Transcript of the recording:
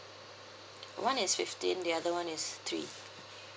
one is fifteen the other one is three